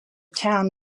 town